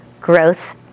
growth